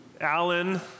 Alan